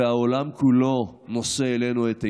והעולם כולו נושא אלינו את עיניו.